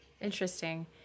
Interesting